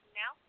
now